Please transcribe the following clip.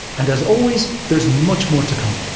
and, as always, there's much more to come!